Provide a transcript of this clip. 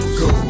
go